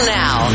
now